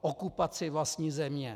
Okupaci vlastní země.